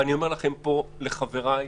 ואני אומר לכם פה, לחבריי